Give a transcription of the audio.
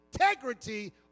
integrity